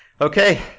Okay